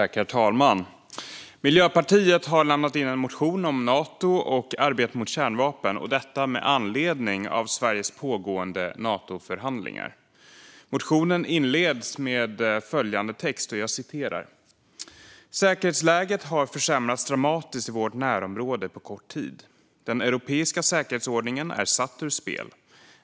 Herr talman! Miljöpartiet har lämnat in en motion om Nato och arbetet mot kärnvapen, detta med anledning av Sveriges pågående Natoförhandlingar. Motionen inleds med följande text: "Säkerhetsläget har försämrats dramatiskt i vårt närområde på kort tid. Den europeiska säkerhetsordningen är satt ur spel.